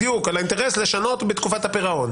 על האינטרס לשנות בתקופת הפירעון